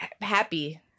Happy